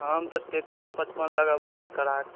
हम तऽ तैतीस पचपन लगेबौ करकरा कए